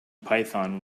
python